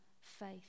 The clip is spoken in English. faith